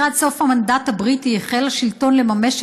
לקראת סוף המנדט הבריטי החל השלטון לממש